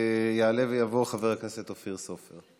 יעלה ויבוא חבר הכנסת אופיר סופר.